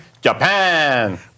Japan